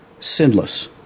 sinless